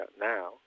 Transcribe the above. now